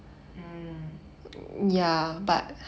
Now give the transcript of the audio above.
mm